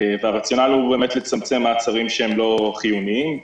הרציונל הוא לצמצם מעצרים שהם לא חיוניים.